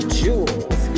jewels